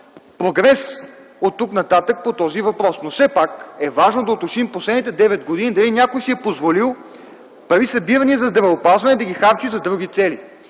прогрес оттук нататък по този въпрос. Но все пак е важно да уточним в последните девет години дали някой си е позволил пари, събирани за здравеопазване, да ги харчи за други цели.